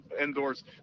indoors